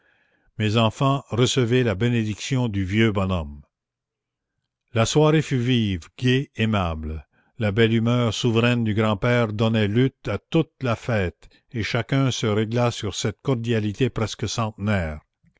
mes enfants recevez la bénédiction du vieux bonhomme la soirée fut vive gaie aimable la belle humeur souveraine du grand-père donna l'ut à toute la fête et chacun se régla sur cette cordialité presque centenaire